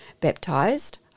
baptized